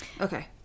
okay